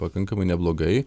pakankamai neblogai